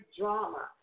drama